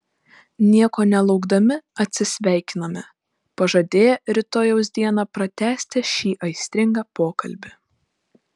nieko nelaukdami atsisveikinome pažadėję rytojaus dieną pratęsti šį aistringą pokalbį